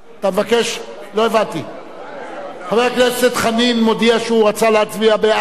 חבר הכנסת חנין מודיע שהוא רצה להצביע בעד.